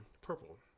purple